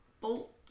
bolt